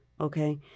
okay